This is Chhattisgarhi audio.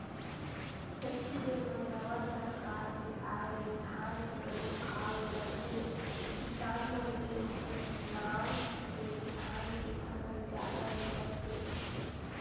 छत्तीसगढ़ म नवा सरकार के आय ले धान के बने भाव लेवत हे किसान मन ले ओखर नांव लेके धान के फसल जादा लेवत हे